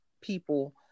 people